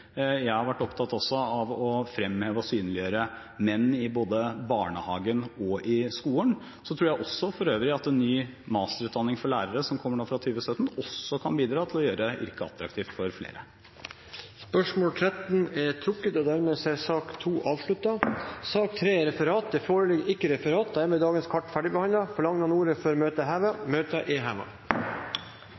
Jeg har vært opptatt av også å fremheve og synliggjøre menn både i barnehagen og i skolen. Så tror jeg også for øvrig at en ny masterutdanning for lærere, som kommer fra 2017, også kan bidra til å gjøre yrket attraktivt for flere. Dette spørsmålet er trukket tilbake. Dermed er sak nr. 2 avsluttet. Det foreligger ikke noe referat. Dermed er dagens kart ferdigbehandlet. Forlanger noen ordet før møtet heves? – Møtet er